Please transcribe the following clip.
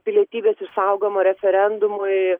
pilietybės išsaugojimo referendumui